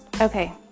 Okay